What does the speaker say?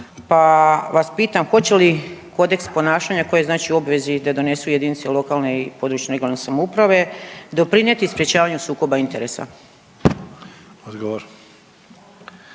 pa vas pitam hoće li kodeks ponašanja koji je u obvezi da donesu jedinice lokalne, područne (regionalne) samouprave doprinijeti sprječavanju sukoba interesa?